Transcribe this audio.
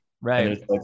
Right